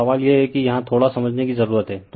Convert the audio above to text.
तो सवाल यह है कि यहाँ थोड़ा समझने की जरूरत है